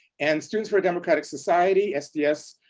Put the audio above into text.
and students for a democratic society, sds,